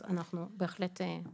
אז אנחנו בהחלט בוחנים את הבקשה.